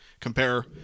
Compare